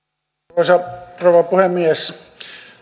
arvoisa rouva puhemies